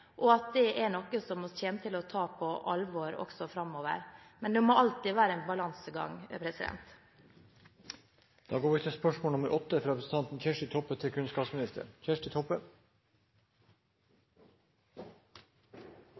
og at det er noe vi kommer til å ta på alvor også framover. Men det må alltid være en balansegang.